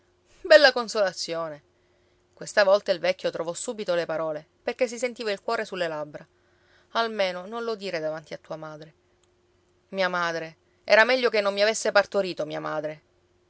bella consolazione questa volta il vecchio trovò subito le parole perché si sentiva il cuore sulle labbra almeno non lo dire davanti a tua madre mia madre era meglio che non mi avesse partorito mia madre